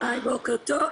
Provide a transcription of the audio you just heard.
בוקר טוב,